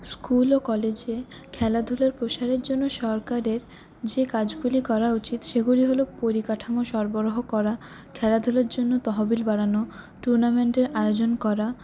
school ও কলেজে খেলাধুলোর প্রসারের জন্য সরকারের যে কাজগুলি করা উচিত সেগুলি হল পরিকাঠামো সরবরাহ করা খেলাধূলার জন্য তহবিল বানানো টুর্নামেন্টের আয়োজন করা